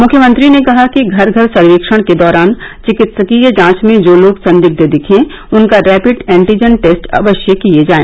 मुख्यमंत्री ने कहा कि घर घर सर्वेक्षण के दौरान चिकित्सीय जांच में जो लोग संदिग्ध दिखें उनका रैपिड एन्टीजन टेस्ट अवश्य किया जाए